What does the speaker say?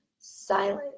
silent